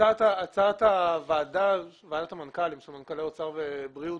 הצעת ועדת המנכ"לים, סמנכ"לי האוצר ובריאות,